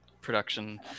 production